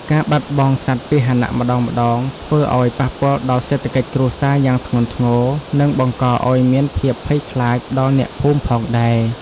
ការបាត់បង់សត្វពាហនៈម្តងៗធ្វើឱ្យប៉ះពាល់ដល់សេដ្ឋកិច្ចគ្រួសារយ៉ាងធ្ងន់ធ្ងរ និងបង្កឱ្យមានភាពភ័យខ្លាចដល់អ្នកភូមិផងដែរ។